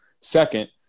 Second